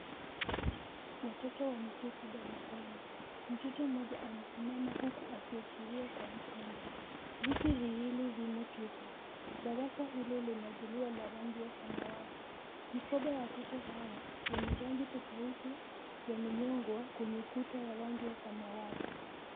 Watoto wameketi darasani. Mtoto mmoja amesimama huku akiashiria kwa vitendo. Viti viwili vimo tupu. Darasa hili lina zulia la rangi ya samawati. Mikoba ya watoto hawa yenye rangi tofauti, yamenyogwa kwenye kuta ya rangi ya samawati.